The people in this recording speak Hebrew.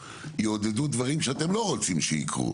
יעודדו דברים שאתם לא רוצים שיקרו,